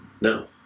No